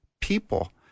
people